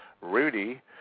Rudy